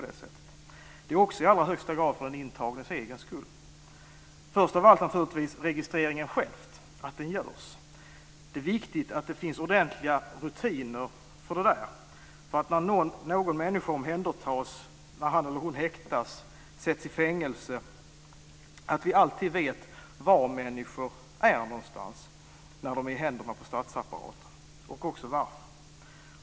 Det är också i allra högsta grad för den intagnes egen skull. Först av allt handlar det naturligtvis om att registreringen görs. Det är viktigt att det finns ordentliga rutiner för det när någon människa omhändertas, när han eller hon häktas eller sätts i fängelse, så att vi alltid vet var människor är någonstans när de är i händerna på statsapparaten och också varför.